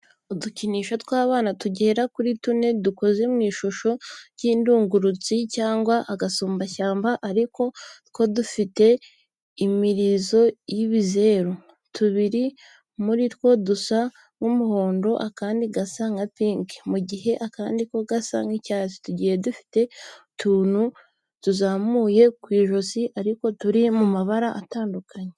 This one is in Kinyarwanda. Udukinisho tw'abana tugera kuri tune dukoze mu ishusho y'indungurutsi cyangwa agasumbashyamba ariko two dufite imirizo y'ibizeru. Tubiri muri two dusa nk'umuhondo, akandi gasa nka pinki, mu gihe akandi ko gasa nk'icyatsi. Tugiye dufite utuntu tuzamuye ku ijosi ariko turi mu mabara atandukanye.